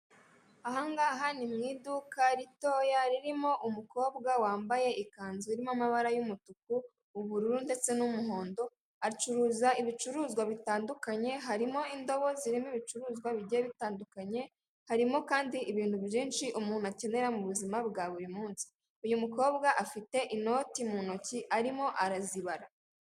Ahangaha ni mu iduka ritoya ririmo umukobwa wambaye ikanzu irimo amabara y'umutuku ubururu ndetse n'umuhondo acuruza ibicuruzwa bitandukanye, harimo indobo zirimo ibicuruzwa bigiye bitandukanye harimo kandi ibintu byinshi umuntu akenera mu buzima bwa buri munsi. Uyu mukobwa afite inoti mu ntoki arimo arazibara.